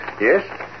Yes